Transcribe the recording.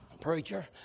Preacher